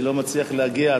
שהוא לא מצליח להגיע,